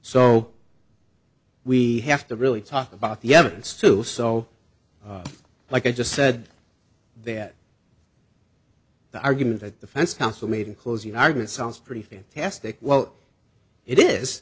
so we have to really talk about the evidence to solve like i just said that the argument that the fence counsel made in closing argument sounds pretty fantastic well it is